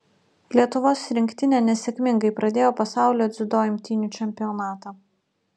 lietuvos rinktinė nesėkmingai pradėjo pasaulio dziudo imtynių čempionatą